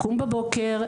לקום בבוקר,